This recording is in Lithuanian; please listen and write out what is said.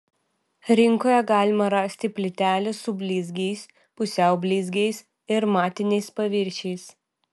rinkoje galima rasti plytelių su blizgiais pusiau blizgiais ir matiniais paviršiais